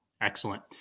Excellent